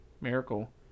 Miracle